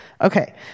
Okay